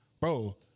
Bro